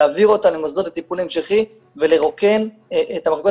להעביר אותם למוסדות לטיפול המשכי ולרוקן את המחלקות